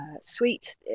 suite